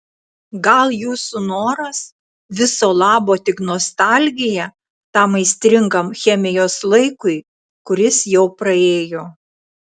gal jūsų noras viso labo tik nostalgija tam aistringam chemijos laikui kuris jau praėjo